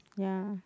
ya